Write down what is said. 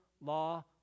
law